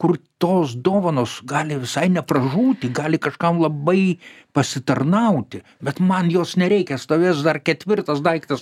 kur tos dovanos gali visai nepražūti gali kažkam labai pasitarnauti bet man jos nereikia stovės dar ketvirtas daiktas